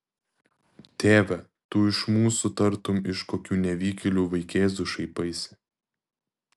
tėve tu iš mūsų tartum iš kokių nevykėlių vaikėzų šaipaisi